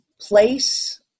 place